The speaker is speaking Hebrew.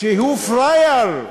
שהוא פראייר: